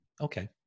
Okay